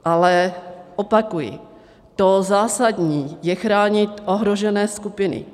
Ale opakuji, to zásadní je chránit ohrožené skupiny.